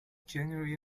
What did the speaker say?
january